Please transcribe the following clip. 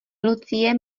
lucie